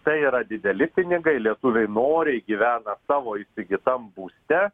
tai yra dideli pinigai lietuviai noriai gyvena tavo įsigytam būste